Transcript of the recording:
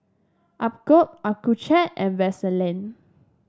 Accucheck and Vaselin